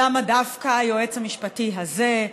למה דווקא היועץ המשפטי הזה,